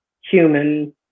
human